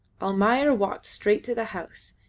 almayer walked straight to the house,